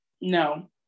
No